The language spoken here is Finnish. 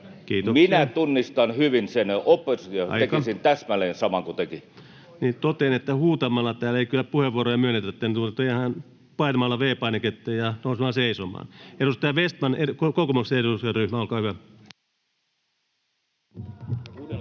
Minä tunnistan hyvin sen, ja oppositiossa tekisin [Puhemies: Aika!] täsmälleen saman kuin tekin. Totean, että huutamalla täällä ei kyllä puheenvuoroja varata, vaan painamalla V-painiketta ja nousemalla seisomaan. Edustaja Vestman, kokoomuksen eduskuntaryhmä, olkaa hyvä.